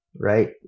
right